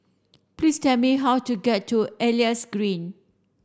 please tell me how to get to Elias Green